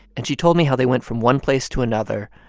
and she told me how they went from one place to another,